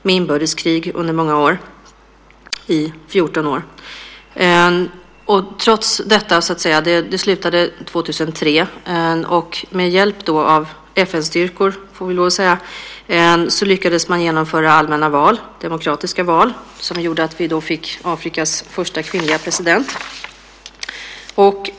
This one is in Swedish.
Man hade under 14 år ett inbördeskrig, vilket slutade 2003. Trots detta lyckades man - med hjälp av FN-styrkor, får vi lov att säga - genomföra allmänna, demokratiska val som gjorde att vi fick Afrikas första kvinnliga president.